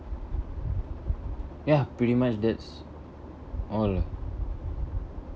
ya pretty much that's all lah